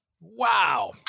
Wow